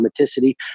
automaticity